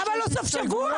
למה לא סוף שבוע?